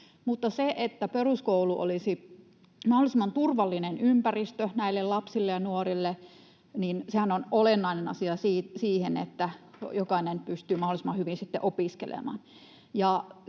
Sehän, että peruskoulu olisi mahdollisimman turvallinen ympäristö lapsille ja nuorille, on olennainen asia sen kannalta, että jokainen pystyy mahdollisimman hyvin opiskelemaan,